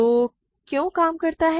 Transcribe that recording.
यह क्यों काम करता है